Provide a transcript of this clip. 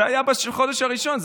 זה היה בחודש הראשון.